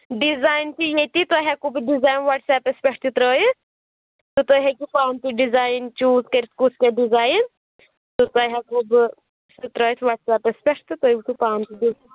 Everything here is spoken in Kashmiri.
ڈِزاین چھِ ییٚتی تۄہہِ ہیٚکو بہٕ ڈِزاین واٹس ایپَس پٮ۪ٹھ تہِ ترٛٲوِتھ تہٕ تُہۍ ہیٚکِو پانہٕ تہِ ڈِزاین چوٗز کٔرِتھ کُس کیٛاہ ڈِزاین چھُ تۄہہِ ہیٚکو بہٕ سُہ ترٛٲوِتھ وَاٹس ایپَس پٮ۪ٹھ تہٕ تُہۍ ہیٚکِو پانہ تہِ